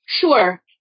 Sure